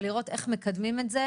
ולראות איך מקדמים את זה